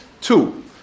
Two